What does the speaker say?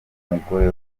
umugore